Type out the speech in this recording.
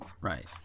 Right